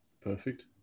Perfect